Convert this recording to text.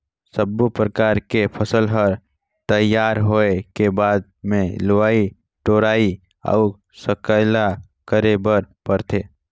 सब्बो परकर के फसल हर तइयार होए के बाद मे लवई टोराई अउ सकेला करे बर परथे